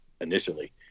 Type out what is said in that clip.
initially